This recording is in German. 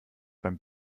beim